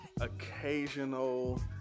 occasional